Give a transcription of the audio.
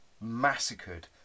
massacred